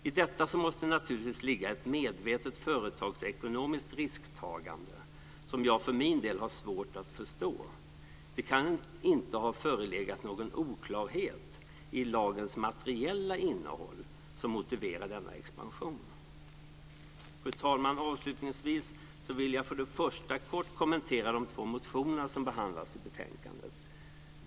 I detta måste naturligtvis ligga ett medvetet företagsekonomiskt risktagande, som jag för min del har svårt att förstå. Det kan inte ha förelegat någon oklarhet i lagens materiella innehåll som motiverar denna expansion. Fru talman! Avslutningsvis vill jag för det första kort kommentera de två motioner som behandlats i detta betänkande.